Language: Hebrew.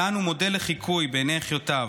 מתן הוא מודל לחיקוי בעיני אחיותיו,